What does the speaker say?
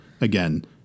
again